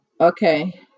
Okay